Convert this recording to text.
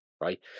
right